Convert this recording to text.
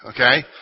okay